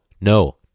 No